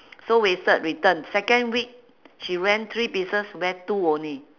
so wasted return second week she rent three pieces wear two only